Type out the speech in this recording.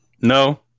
No